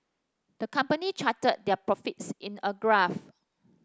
the company charted their profits in a graph